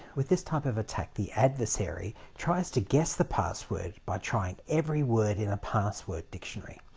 with this type of attack the adversary tries to guess the password by trying every word in a password dictionary.